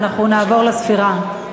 נעבור לספירה.